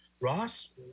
Ross